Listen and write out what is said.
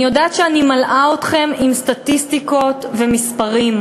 אני יודעת שאני מלאה אתכם עם סטטיסטיקות ומספרים,